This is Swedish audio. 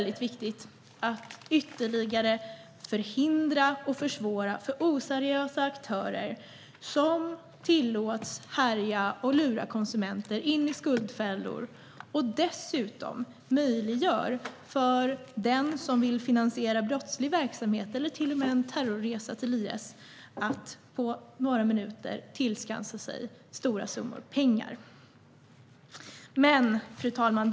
Det är viktigt att ytterligare förhindra och försvåra för oseriösa aktörer som härjar runt och lurar konsumenter in i skuldfällor. Dessutom möjliggör de för den som vill finansiera brottslig verksamhet eller till och med en terrorresa till IS att på bara några minuter tillskansa sig stora summor pengar. Fru talman!